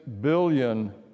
billion